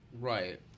Right